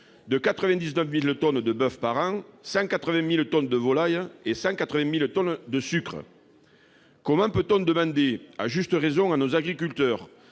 de 99 000 tonnes de boeuf, de 180 000 tonnes de volaille et de 180 000 tonnes de sucre par an ? Comment peut-on demander- à juste raison -à nos agriculteurs